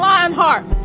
Lionheart